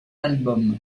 album